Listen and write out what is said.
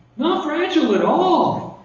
non-fragile at all